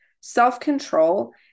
self-control